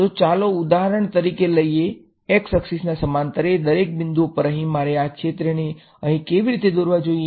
તો ચાલો ઉદાહરણ તરીકે લઈએ x અક્ષીસ ના સમાંતરે દરેક બિંદુઓ પર અહીં મારે આ ક્ષેત્રને અહીં કેવી રીતે દોરવા જોઈએ